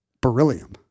beryllium